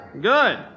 Good